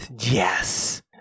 Yes